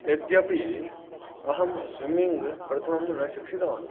यद्यपि अहं स्विमिङ्ग् प्रथमं न शिक्षितवान्